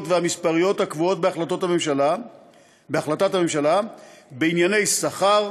והמספריות הקבועות בהחלטת הממשלה בענייני שכר,